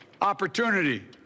Opportunity